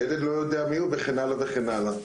הילד לא יודע מי הוא וכן הלאה וכן הלאה.